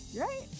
Right